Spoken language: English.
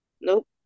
Nope